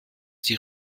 die